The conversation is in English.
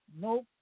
nope